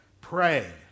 Pray